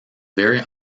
very